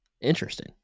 Interesting